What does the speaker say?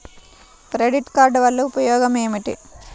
Credit card వల్ల ఉపయోగం ఏమిటీ?